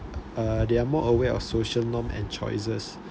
uh they are more aware of social norm and choices